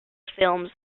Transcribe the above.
film